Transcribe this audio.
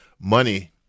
money